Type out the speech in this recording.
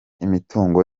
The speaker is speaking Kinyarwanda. imitungo